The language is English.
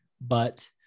But-